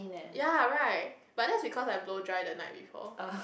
ya right but that's because I blow dry the night before